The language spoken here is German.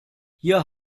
hier